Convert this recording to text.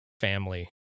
family